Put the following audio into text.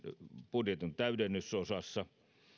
budjetin täydennysosassa